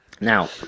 Now